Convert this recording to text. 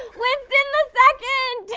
winston the second!